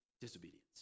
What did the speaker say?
Disobedience